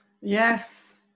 Yes